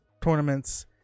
tournaments